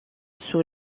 sous